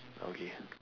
okay